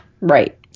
Right